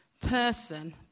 person